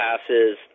passes